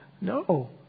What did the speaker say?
No